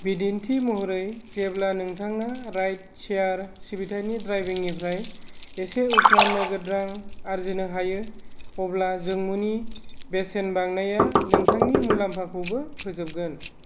बिदिन्थि महरै जेब्ला नोंथाङा राइड शेयार सिबिथाइनि ड्राइबिंनिफ्राय एसे उफ्रा नोगोद रां आर्जिनो हायो अब्ला जोंमुनि बेसेन बांनाया नोंथांनि मुलाम्फाखौबो फोजोबगोन